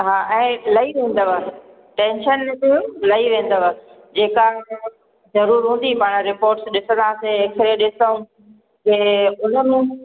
हा ऐं लही वेंदव टेंशन न कयो लही वेंदव जेका ॾिसंदसि ज़रूरु हूंदी पाण रिपोर्ट ॾिसंदासीं एक्सरे ॾिसूं जे उनमें